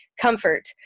Comfort